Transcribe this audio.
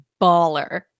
baller